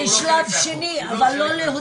לשלב שני, אבל לא הוציא.